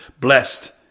blessed